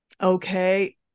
okay